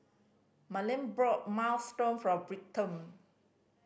Marlen bought Minestrone for Britton